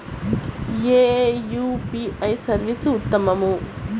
ఏ UPI service ఉత్తమము?